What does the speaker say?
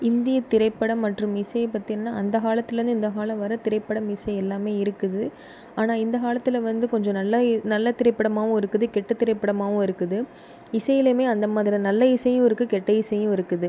இந்தியத் திரைப்படம் மற்றும் இசையைப்பற்றின அந்த காலத்துலேருந்து இந்தக்காலம் வரை திரைப்படம் இசை எல்லாமே இருக்குது ஆனால் இந்த காலத்துல வந்து கொஞ்சம் நல்ல இ நல்ல திரைப்படமாகவும் இருக்குது கெட்டத் திரைப்படமாகவும் இருக்குது இசையிலையுமே அந்த மாதிரி நல்ல இசையும் இருக்குது கெட்ட இசையும் இருக்குது